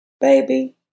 baby